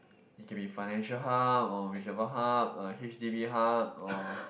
it can be financial hub or whatever hub or H_D_B hub or